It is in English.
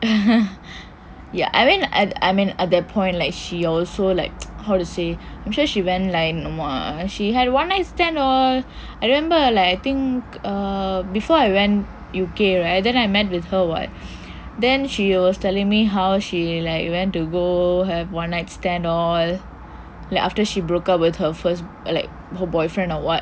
ya I mean at at that point like she also like how to say I'm sure she went like !wah! she had one night stand all I remember like I think before I went U_K right then I met with her [what] then she was telling me how she like went to go have one night stand all like after she broke up with her first or like her boyfriend or what